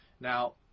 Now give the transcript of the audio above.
Now